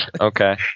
Okay